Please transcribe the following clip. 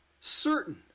Certain